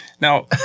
Now